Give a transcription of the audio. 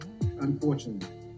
Unfortunately